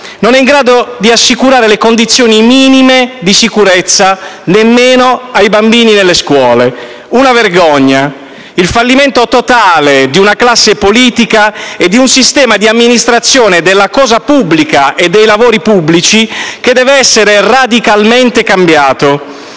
non è in grado di assicurare le condizioni minime di sicurezza nemmeno ai bambini delle scuole. È una vergogna, il fallimento totale di una classe politica e di un sistema di amministrazione della cosa pubblica e dei lavori pubblici che deve essere radicalmente cambiato.